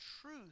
truth